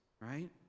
right